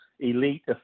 elite